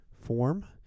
form